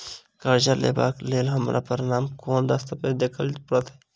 करजा लेबाक लेल हमरा प्रमाण मेँ कोन दस्तावेज देखाबऽ पड़तै?